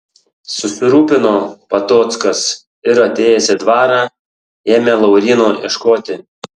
susirūpino patockas ir atėjęs į dvarą ėmė lauryno ieškoti